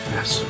Yes